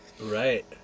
Right